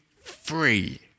free